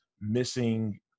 missing